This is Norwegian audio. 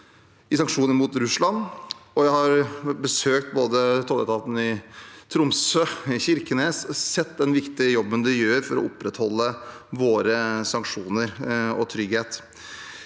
i sanksjonene mot Russland. Jeg har besøkt tolletaten både i Tromsø og i Kirkenes og sett den viktige jobben de gjør for å opprettholde våre sanksjoner og vår trygghet.